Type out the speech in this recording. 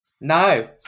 No